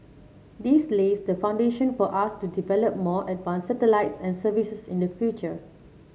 this lays the foundation for us to develop more advanced satellites and services in the future